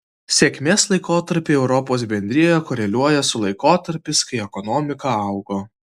sėkmės laikotarpiai europos bendrijoje koreliuoja su laikotarpiais kai ekonomika augo